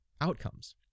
outcomes